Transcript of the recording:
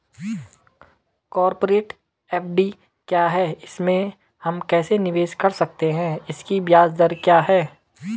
Corporate FD क्या है इसमें हम कैसे निवेश कर सकते हैं इसकी ब्याज दर क्या है?